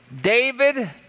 David